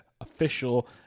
official